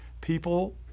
People